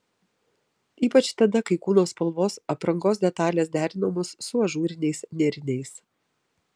ypač tada kai kūno spalvos aprangos detalės derinamos su ažūriniais nėriniais